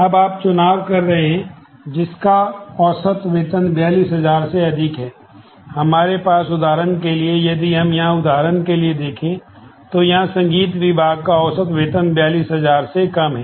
अब आप चुनाव कर रहे हैं जिसका औसत वेतन 42000 से अधिक है हमारे पास उदाहरण के लिए यदि हम यहां उदाहरण के लिए देखें तो यहां संगीत विभाग का औसत वेतन 42000 से कम है